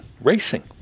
racing